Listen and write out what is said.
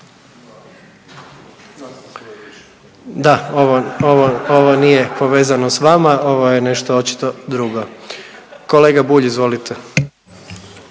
Da ovo nije povezano s vama ovo je nešto očito drugo. Kolega Bulj izvolite.